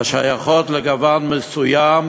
השייכות לגוון מסוים